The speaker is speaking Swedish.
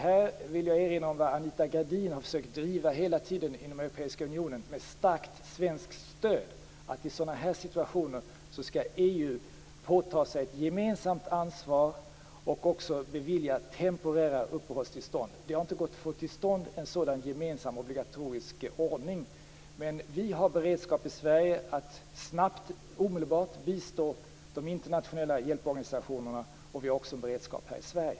Här vill jag erinra om vad Anita Gradin hela tiden drivit inom Europeiska unionen med starkt svenskt stöd, att EU i sådana här situationer skall påta sig ett gemensamt ansvar och också bevilja temporära uppehållstillstånd. Det har inte gått att få till stånd en sådan obligatorisk ordning. Men vi har beredskap i Sverige att omedelbart bistå de internationella hjälporganisationerna. Vi har också beredskap här i Sverige.